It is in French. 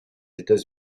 états